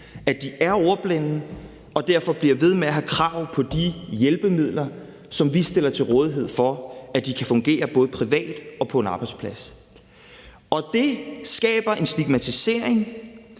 at de er ordblinde og derfor bliver ved med at have krav på de hjælpemidler, som vi stiller til rådighed, for at de kan fungere både privat og på en arbejdsplads. Det skaber en stigmatisering,